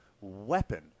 weapon